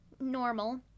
normal